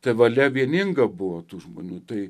ta valia vieninga buvo tų žmonių tai